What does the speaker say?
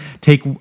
take